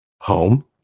home